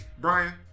Brian